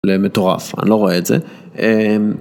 למטורף, אני לא רואה את זה.